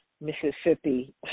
Mississippi